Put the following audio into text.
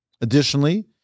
Additionally